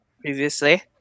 previously